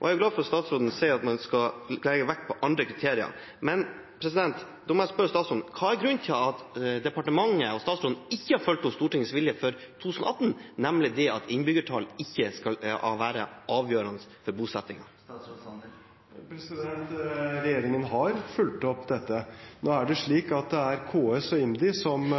og jeg er glad for at statsråden sier at man skal legge vekt på andre kriterier. Men da må jeg spørre statsråden: Hva er grunnen til at departementet og statsråden ikke har fulgt opp Stortingets vilje for 2018, nemlig at innbyggertall ikke skal være avgjørende for bosettingen? Regjeringen har fulgt opp dette. Nå er det slik at det er KS og IMDi som